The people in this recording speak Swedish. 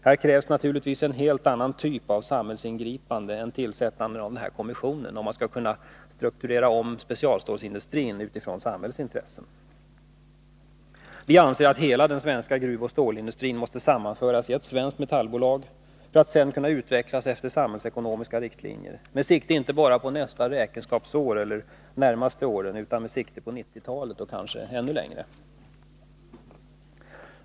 Här krävs naturligtvis en helt annan typ av samhällsingripande än tillsättandet av denna kommission om man skall kunna omstrukturera specialstålsindustrin utifrån samhällets intressen. Hela den svenska gruvoch stålindustrin måste sammanföras i ett svenskt metallbolag för att sedan kunna utvecklas efter samhällsekonomiska riktlinjer med sikte inte bara på nästa räkenskapsår eller de närmaste åren därefter, utan med sikte på 1990-talet, och kanske ännu längre.